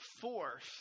force